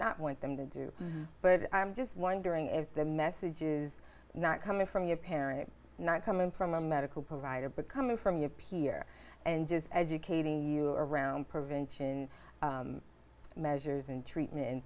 not want them to do but i'm just wondering if the message is not coming from your parents not coming from a medical provider but coming from your peer and just educating you around prevention measures and treatment and